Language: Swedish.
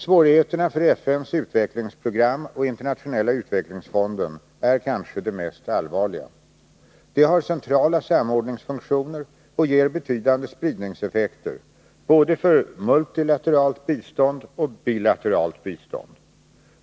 Svårigheterna för FN:s utvecklingsprogram och Internationella utvecklingsfonden är kanske de mest allvarliga. De har centrala samordningsfunktioner och ger betydande spridningseffekter för både multioch bilateralt bistånd.